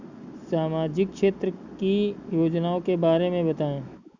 सामाजिक क्षेत्र की योजनाओं के बारे में बताएँ?